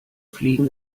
fliegen